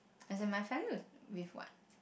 as in my family wit~ with what